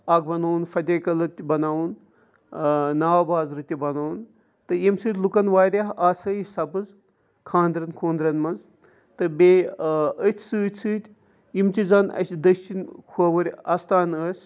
اَکھ بَنووُن فتح کدلہٕ تہِ بَنووُن نَوَابازرٕ تہِ بَنووُن تہٕ ییٚمہِ سۭتۍ لُکَن واریاہ آسٲیِش سَپٕز خانٛدرَن خوٗنٛدرَن منٛز تہٕ بیٚیہِ أتھۍ سۭتۍ سۭتۍ یِم تہِ زَن اَسہِ دٔچھِنۍ کھووُرۍ اَستان ٲسۍ